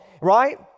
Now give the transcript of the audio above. Right